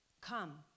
Come